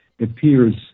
appears